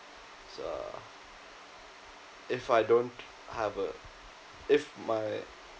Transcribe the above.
uh if I don't have a if my